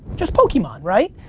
just pokemon, right?